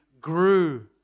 grew